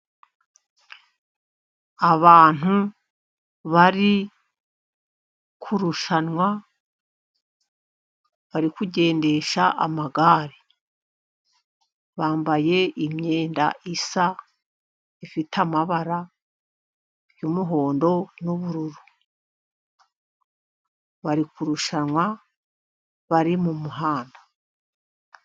Abantu bari kurushanwa barikugendesha amagare, bambaye imyenda isa, ifite amabara y'umuhondo n'ubururu, bari kurushanwa bari mumuhanda.